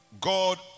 God